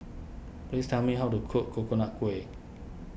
please tell me how to cook Coconut Kuih